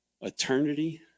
eternity